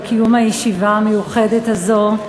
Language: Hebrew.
תודה על קיום הישיבה המיוחדת הזו.